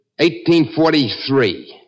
1843